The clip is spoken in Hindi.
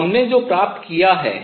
तो हमने जो प्राप्त किया है